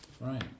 Right